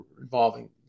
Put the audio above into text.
involving